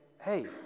hey